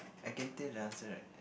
I can tell the answer right